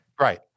Right